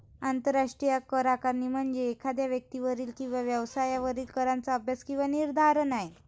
आंतरराष्ट्रीय करआकारणी म्हणजे एखाद्या व्यक्तीवरील किंवा व्यवसायावरील कराचा अभ्यास किंवा निर्धारण आहे